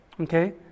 Okay